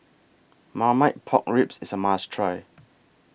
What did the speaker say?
Marmite Pork Ribs IS A must Try